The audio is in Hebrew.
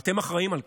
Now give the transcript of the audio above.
אתם אחראים לכך.